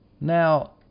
Now